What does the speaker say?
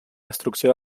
destrucció